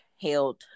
held